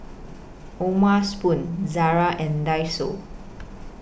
O'ma Spoon Zara and Daiso